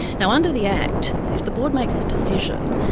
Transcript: now under the act, if the board makes the decision,